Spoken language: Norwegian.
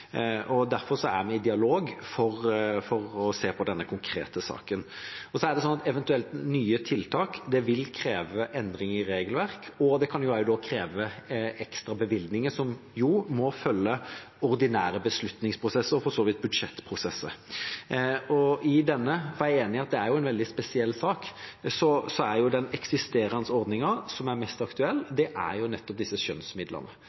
Derfor er vi i dialog for å se på denne konkrete saken. Så er det sånn at eventuelle nye tiltak vil kreve endring i regelverk, og det kan også kreve ekstra bevilgninger, som jo må følge ordinære beslutningsprosesser og for så vidt budsjettprosesser. I denne saken, for jeg er enig i at det er en veldig spesiell sak, er den eksisterende ordningen som er mest aktuell, nettopp disse skjønnsmidlene.